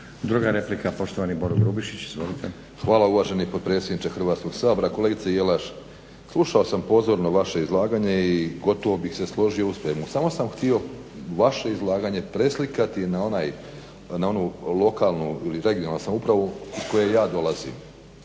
Druga replika poštovani Boro Grubišić. Izvolite. **Grubišić, Boro (HDSSB)** Hvala uvaženi potpredsjedniče Hrvatskoga sabora. Kolegice Jelaš slušao sam pozorno vaše izlaganje i gotovo bih se složio u svemu, samo sam htio vaše izlaganje preslikati na onu lokalnu ili regionalnu samoupravu iz koje ja dolazim.